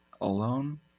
alone